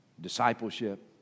discipleship